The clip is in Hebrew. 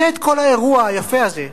יהיה כל האירוע היפה הזה.